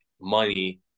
money